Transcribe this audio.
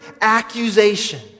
accusation